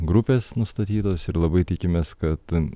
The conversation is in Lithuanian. grupės nustatytos ir labai tikimės kad